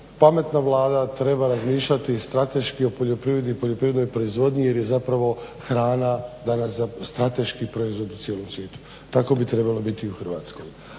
pametna Vlada treba razmišljati strateški o poljoprivredi i poljoprivrednoj proizvodnji jer je zapravo hrana danas strateški proizvod u cijelom svijetu. Tako bi trebalo biti i u Hrvatskoj.